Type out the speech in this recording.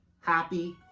happy